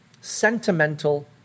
sentimental